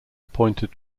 appointed